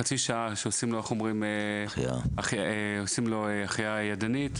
חצי שעה עשו לו החייאה ידנית,